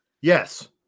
yes